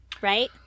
Right